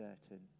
certain